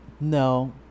No